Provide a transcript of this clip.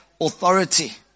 authority